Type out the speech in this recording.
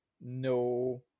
no